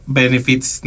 benefits